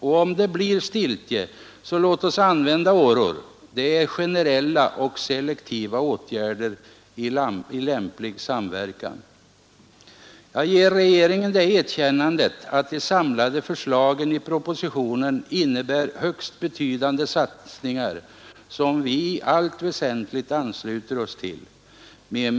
Och om det blir stiltje, så låt oss använda åror: det är generella och selektiva åtgärder i lämplig samverkan Jag ger regeringen det erkännandet att de samlade förslagen i propositionen innebär högst betydande satsningar, som vi i allt väsentligt ansluter oss till.